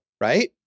right